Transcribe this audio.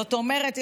זאת אומרת,